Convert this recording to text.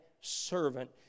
servant